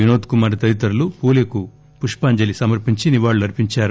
వినోద్ కుమార్ తదితరులు పూలే కు పుష్పాంజలి సమర్పించి నివాళులర్పించారు